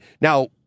now